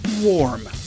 Warm